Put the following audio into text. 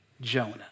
Jonah